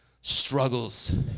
struggles